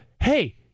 hey